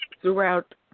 throughout